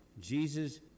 Jesus